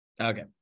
Okay